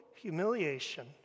humiliation